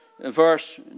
verse